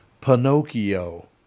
Pinocchio